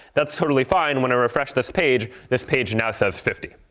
that's totally fine. when i refresh this page, this page now says fifty.